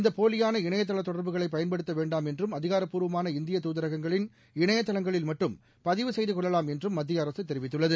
இந்த போலியான இணையதள தொடர்புகளை பயன்படுத்த வேண்டாம் என்றும் அதிகாரப்பூர்வமான இந்திய துதரகங்களின் இணையதளங்களில் மட்டும் பதிவு செய்து கொள்ளலாம் என்றும் மத்திய அரசு தெரிவித்துள்ளது